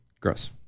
Gross